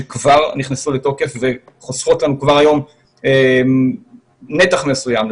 שכבר נכנסו לתוקף וחוסכות לנו כבר היום נתח מסוים,